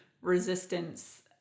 resistance